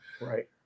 Right